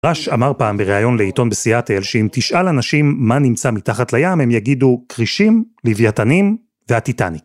ראש אמר פעם בריאיון לעיתון בסיאטל שאם תשאל אנשים מה נמצא מתחת לים הם יגידו כרישים, לוויתנים והטיטניק.